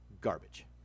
garbage